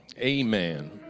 Amen